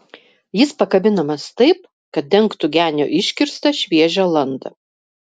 jis pakabinamas taip kad dengtų genio iškirstą šviežią landą